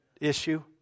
issue